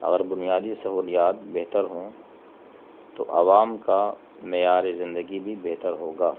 اگر بنیادی سہولیات بہتر ہوں تو عوام کا معیار زندگی بھی بہتر ہوگا